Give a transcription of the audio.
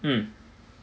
mm